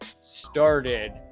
started